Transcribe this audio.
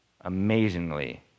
amazingly